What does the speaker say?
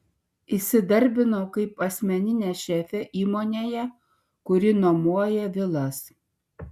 įsidarbinau kaip asmeninė šefė įmonėje kuri nuomoja vilas